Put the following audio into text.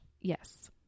yes